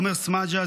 עומר סמדג'ה,